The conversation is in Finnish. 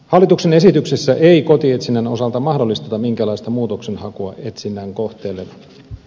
hallituksen esityksessä ei kotietsinnän osalta mahdollisteta minkäänlaista muutoksenhakua etsinnän kohteelle